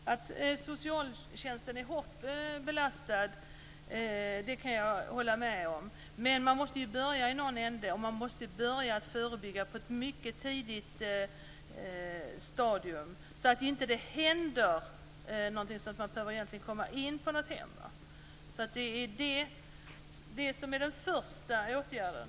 Herr talman! Att socialtjänsten är hårt belastad kan jag hålla med om. Men man måste ju börja i någon ända. Man måste börja förebygga på ett mycket tidigt stadium, så att inte någonting sådant händer som gör att man behöver komma in på ett hem. Det är den första åtgärden.